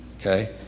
okay